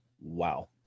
Wow